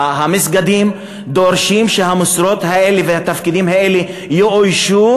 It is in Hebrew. המסגדים דורשים שהמשרות האלה והתפקידים האלה יאוישו,